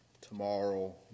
tomorrow